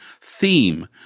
theme